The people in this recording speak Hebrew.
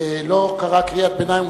ולא קרא קריאת ביניים.